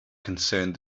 concerned